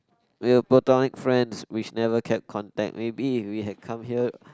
will platonic friends which never kept contact maybe if we had come here